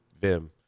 Vim